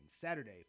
Saturday